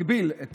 מגביל את